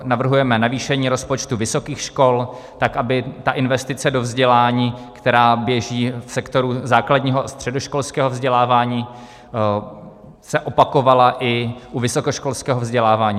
Navrhujeme navýšení rozpočtu vysokých škol tak, aby ta investice do vzdělání, která běží v sektoru základního a středoškolského vzdělávání, se opakovala i u vysokoškolského vzdělávání.